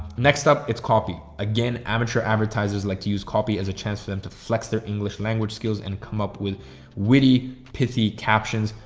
next up it's copy. again. amateur advertisers like to use copy as a chance for them to flex their english language skills and come up with witty, pithy captions.